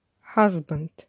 Husband